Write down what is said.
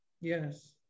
Yes